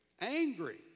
Angry